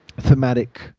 thematic